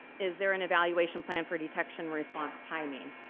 is there an evaluation plan for detection response timing?